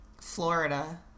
Florida